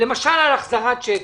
למשל על החזרת צ'קים?